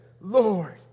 Lord